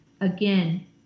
again